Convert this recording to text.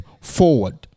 forward